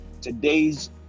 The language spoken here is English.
Today's